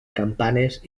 campanes